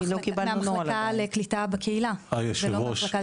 מהמחלקה לקליטה בקהילה, זה לא מחלקה לעידוד עלייה.